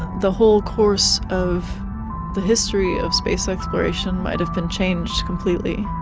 the whole course of the history of space exploration might have been changed completely.